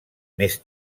més